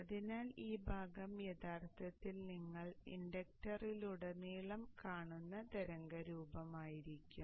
അതിനാൽ ഈ ഭാഗം യഥാർത്ഥത്തിൽ നിങ്ങൾ ഇൻഡക്ടറിലുടനീളം കാണുന്ന തരംഗരൂപമായിരിക്കും